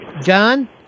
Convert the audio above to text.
John